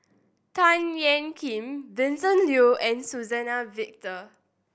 Tan Ean Kiam Vincent Leow and Suzann Victor